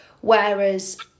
Whereas